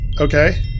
Okay